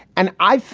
and i,